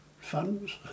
funds